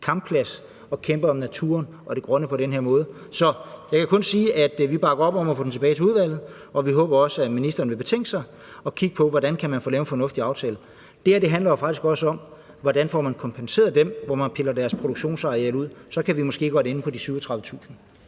kampplads at kæmpe om naturen og det grønne på den her måde. Så jeg kan kun sige, at vi bakker op om at få det tilbage til udvalget, og vi håber også, at ministeren vil betænke sig og kigge på, hvordan man kan få lavet en fornuftig aftale. Det her handler jo faktisk også om, hvordan man får kompenseret dem, som har fået pillet deres produktionsareal ud – så kan vi måske godt ende på de 37.000